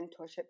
mentorship